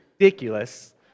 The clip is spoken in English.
Ridiculous